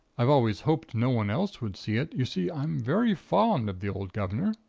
i've always hoped no one else would see it. you see, i'm very fond of the old guvnor